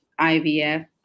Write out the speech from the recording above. IVF